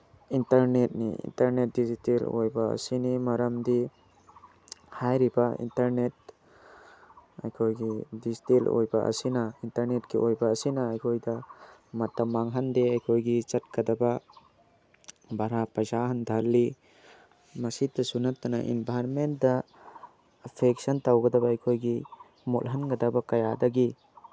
ꯏꯅꯇꯔꯅꯦꯠꯅꯤ internet digital ꯑꯣꯏꯕ ꯑꯁꯤꯅꯤ ꯃꯔꯝꯗꯤ ꯍꯥꯏꯔꯤꯕ ꯏꯟꯇꯔꯅꯦꯠ ꯑꯩꯈꯣꯏꯒꯤ ꯗꯤꯖꯤꯇꯦꯜ ꯑꯣꯏꯕ ꯑꯁꯤꯅ ꯏꯟꯇꯔꯅꯦꯠꯀꯤ ꯑꯣꯏꯕ ꯑꯁꯤꯅ ꯑꯩꯈꯣꯏꯗ ꯃꯇꯝ ꯃꯥꯡꯍꯟꯗꯦ ꯑꯩꯈꯣꯏꯒꯤ ꯆꯠꯀꯗꯕ ꯚꯔꯥ ꯄꯩꯁꯥ ꯍꯟꯊꯍꯜꯂꯤ ꯃꯁꯤꯇꯁꯨ ꯅꯠꯇꯅ ꯏꯟꯚꯥꯏꯔꯣꯟꯃꯦꯟꯗ ꯑꯦꯐꯦꯛꯁꯟ ꯇꯧꯒꯗꯕ ꯑꯩꯈꯣꯏꯒꯤ ꯃꯣꯠꯍꯟꯒꯗꯕ ꯀꯌꯥꯗꯒꯤ